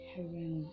Heaven